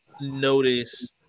notice